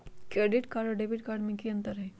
Credit card और debit card में की अंतर हई?